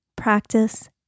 practice